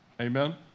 Amen